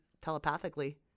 telepathically